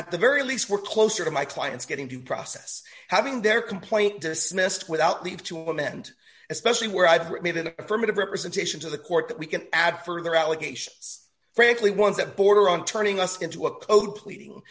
at the very least were closer to my client's getting to process having their complaint dismissed without leave to amend especially where i've made an affirmative representation to the court that we can add further allegations frankly ones that border on turning us into a code pleading